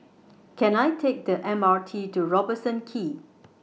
Can I Take The M R T to Robertson Quay